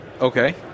Okay